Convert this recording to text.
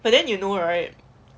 but then you know right